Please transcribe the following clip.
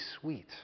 sweet